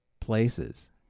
places